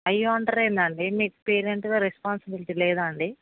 అయ్యో అంటారు ఎందండి మీకు పేరెంట్గా రెస్పాన్సిబిలిటీ లేదాండి